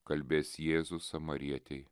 kalbės jėzus samarietei